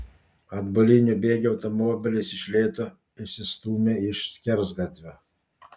atbuliniu bėgiu automobilis iš lėto išsistūmė iš skersgatvio